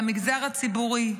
למגזר הציבורי.